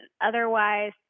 Otherwise